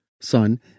Son